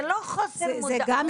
זה לא חוסר מודעות,